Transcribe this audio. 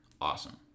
Awesome